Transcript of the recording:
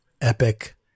epic